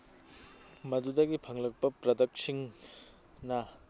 ꯃꯗꯨꯗꯒꯤ ꯐꯪꯂꯛꯄ ꯄ꯭ꯔꯗꯛꯁꯤꯡꯅ